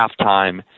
halftime